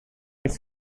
its